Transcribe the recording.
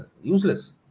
useless